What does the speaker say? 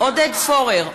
עודד פורר,